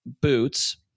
boots